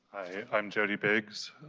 um jodi biggs.